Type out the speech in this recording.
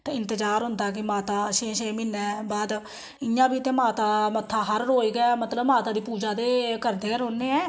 ते इंतजार होंदा कि माता छें छें म्हीनें बाद इ'यां बी ते माता मन्ने ऐं